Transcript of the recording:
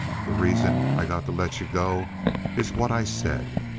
the reason i got to let you go is what i said.